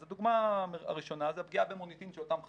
אז הדוגמה הראשונה זו הפגיעה במוניטין של אותן חברות,